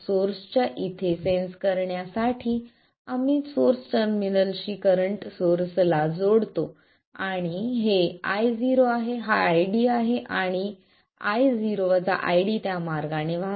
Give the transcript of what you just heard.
source च्या इथे sense करण्यासाठी आम्ही सोर्स टर्मिनलशी करंट सोर्सला जोडतो हे Io आहे हा ID आहे आणि Io ID त्या मार्गाने वाहतो